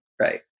right